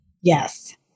Yes